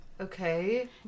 Okay